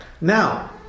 Now